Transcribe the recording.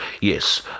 Yes